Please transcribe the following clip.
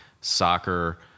soccer